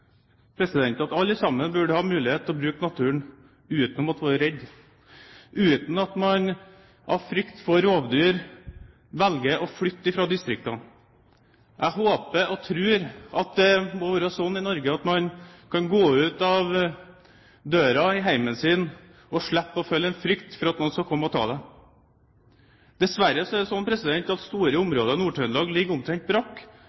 at alle burde ha mulighet til å bruke naturen uten å måtte være redd, uten at man av frykt for rovdyr velger å flytte fra distriktene. Jeg håper og tror at det må være sånn i Norge at man kan gå ut av døra i hjemmet sitt og slippe å føle frykt for at noen skal komme og ta en. Dessverre er det sånn at store områder i Nord-Trøndelag ligger omtrent brakk